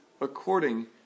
according